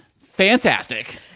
fantastic